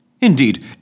Indeed